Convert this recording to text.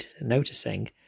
noticing